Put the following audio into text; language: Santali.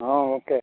ᱦᱮᱸ ᱜᱚᱢᱠᱮ